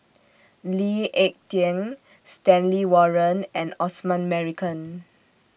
Lee Ek Tieng Stanley Warren and Osman Merican